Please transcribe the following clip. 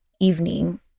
evening